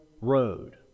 road